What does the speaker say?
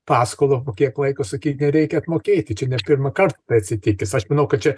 paskolą po kiek laiko sakyt reikia apmokėti čia aš pirmąkart tai atsitikęs aš manau kad čia